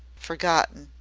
forgotten.